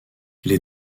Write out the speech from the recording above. les